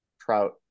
Trout